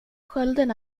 skölden